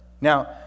Now